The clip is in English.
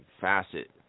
facet